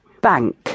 bank